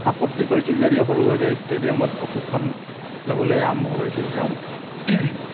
আপত্তি কৰিছিল যদি সৰু সজাই ষ্টেডিয়ামত প্ৰশিক্ষণ ল'বলৈ আৰম্ভ কৰিছিল তেওঁ